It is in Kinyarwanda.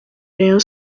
rayon